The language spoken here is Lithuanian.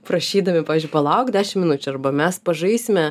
prašydami pavyzdžiui palauk dešim minučių arba mes pažaisime